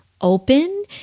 open